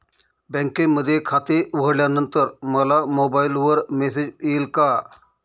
बँकेमध्ये खाते उघडल्यानंतर मला मोबाईलवर मेसेज येईल का?